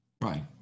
right